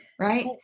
right